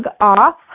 off